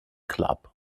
club